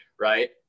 Right